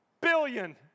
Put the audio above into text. billion